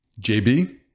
JB